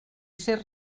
ser